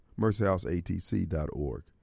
MercyHouseATC.org